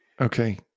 Okay